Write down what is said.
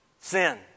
Sin